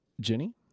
Jenny